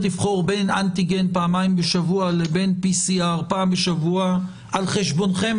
לבחור בין אנטיגן פעמיים בשבוע לבין PCR פעם בשבוע על חשבונכם.